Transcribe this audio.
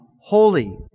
holy